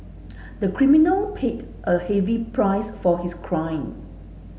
the criminal paid a heavy price for his crime